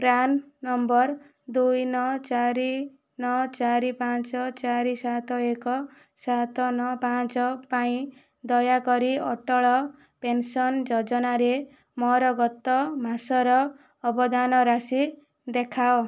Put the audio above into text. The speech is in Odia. ପ୍ରାନ୍ ନମ୍ବର ଦୁଇ ନଅ ଚାରି ନଅ ଚାରି ପାଞ୍ଚ ଚାରି ସାତ ଏକ ସାତ ନଅ ପାଞ୍ଚ ପାଇଁ ଦୟାକରି ଅଟଳ ପେନ୍ସନ୍ ଯୋଜନାରେ ମୋର ଗତ ମାସର ଅବଦାନ ରାଶି ଦେଖାଅ